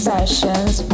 Sessions